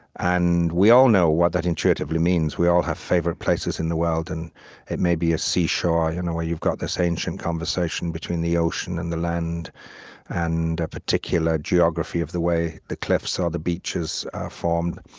and we all know what that intuitively means. we all have favorite places in the world, and it may be a seashore you know where you've got this ancient conversation between the ocean and the land and a particular geography of the way the cliffs or the beaches are formed.